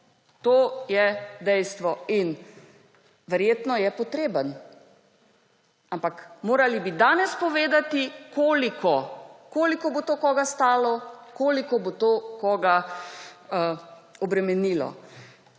To je dejstvo. In verjetno je potreben, ampak morali bi danes povedati, koliko bo to koga stalo, koliko bo to koga obremenilo.